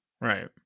Right